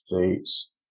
states